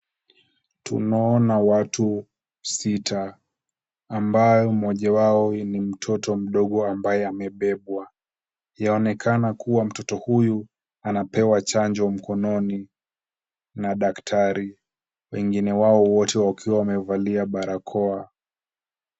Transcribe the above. Tunaona watu sita ambao mmoja wao ni mtoto mdogo ambaye amebebwa, yaonekana kuwa mtoto huyu anapewa chanjo mkononi na daktari. Wengine wao wote wakiwa wamevalia barakoa.